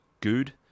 good